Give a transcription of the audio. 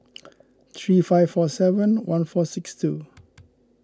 three five four seven one four six two